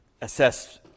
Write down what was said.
assess